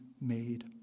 made